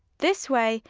this way,